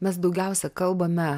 mes daugiausia kalbame